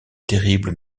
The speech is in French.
terrible